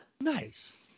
Nice